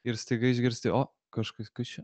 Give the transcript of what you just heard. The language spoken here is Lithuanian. ir staiga išgirsti o kažkas kas čia